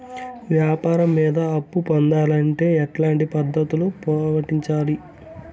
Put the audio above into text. వ్యాపారం మీద అప్పు పొందాలంటే ఎట్లాంటి పద్ధతులు పాటించాలి?